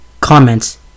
Comments